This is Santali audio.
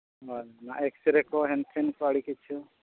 ᱦᱳᱭ ᱚᱱᱟ ᱮᱠᱥᱼᱨᱮ ᱠᱚ ᱦᱮᱱᱼᱛᱮᱱᱠᱚ ᱟᱹᱰᱤ ᱠᱤᱪᱷᱩ